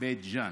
בית ג'ן.